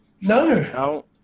No